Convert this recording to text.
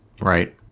right